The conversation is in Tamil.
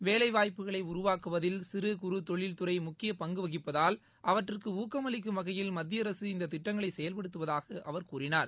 வேலைவாய்ப்புக்களை உருவாக்குவதில் சிறு சூறு தொழில்துறை முக்கிய பங்கு வகிப்பதால் அவற்றிற்கு ஊக்கம் அளிக்கும் வகையில் மத்திய அரசு இந்த திட்டங்களை செயல்படுத்துவதாக அவர் கூறினார்